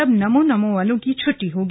अब नमो नमो वालों की छुट्टी होगी